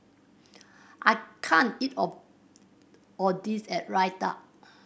I can't eat all of this Raita